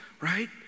right